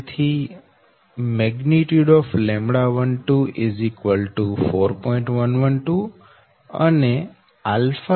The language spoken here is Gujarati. તેથી λ12 4